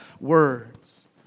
words